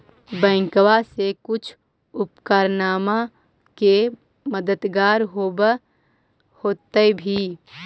बैंकबा से कुछ उपकरणमा के मददगार होब होतै भी?